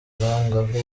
bwangavu